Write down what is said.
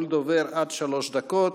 כל דובר עד שלוש דקות.